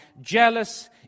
Jealous